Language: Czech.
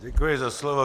Děkuji za slovo.